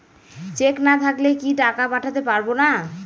Check না থাকলে কি টাকা পাঠাতে পারবো না?